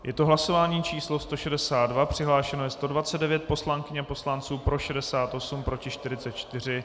Je to hlasování číslo 162, přihlášeno je 129 poslankyň a poslanců, pro 68, proti 44.